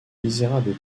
misérables